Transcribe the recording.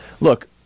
look